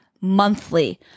monthly